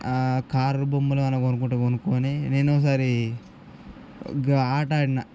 car బొమ్మలు కాని కొనుక్కుంటే కొనుక్కుని నేను ఒకసారి గా ఆట ఆడాను